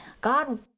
God